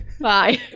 Bye